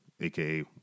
AKA